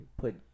put